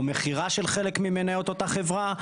או מכירה של חלק ממניות אותה חברה.